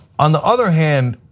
on the other hand,